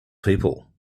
people